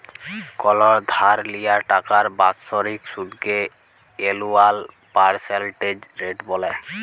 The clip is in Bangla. কল ধার লিয়া টাকার বাৎসরিক সুদকে এলুয়াল পার্সেলটেজ রেট ব্যলে